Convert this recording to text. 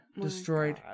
destroyed